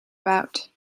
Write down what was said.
about